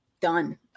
done